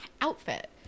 outfit